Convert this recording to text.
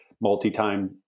multi-time